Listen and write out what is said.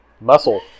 muscle